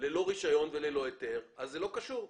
ללא רישיון וללא היתר, זה לא קשור.